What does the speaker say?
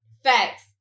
Facts